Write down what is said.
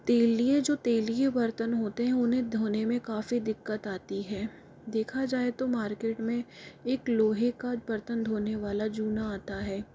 तैलीय जो तैलीय बर्तन होते हैं उन्हें धोने में काफ़ी दिक्कत आती है देखा जाए तो मार्किट में एक लोहे का बर्तन धोने वाला जूना आता है